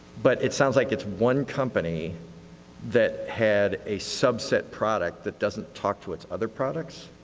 but it sounds like it's one company that had a subset product that doesn't talk to its other products?